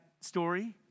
story